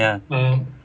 ya